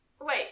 Wait